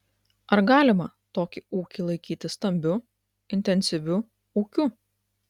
ar galima tokį ūkį laikyti stambiu intensyviu ūkiu